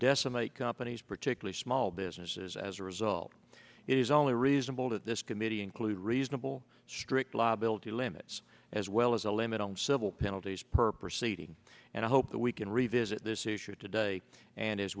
decimate companies particularly small businesses as a result is only reasonable that this committee include reasonable strict liability limits as well as a limit on civil penalties per proceeding and i hope that we can revisit this issue today and as